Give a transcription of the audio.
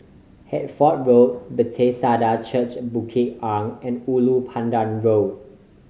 Hertford Road Bethesda Church Bukit Arang and Ulu Pandan Road